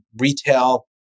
retail